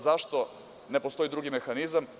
Zašto ne postoji drugi mehanizam?